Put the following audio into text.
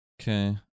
Okay